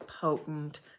potent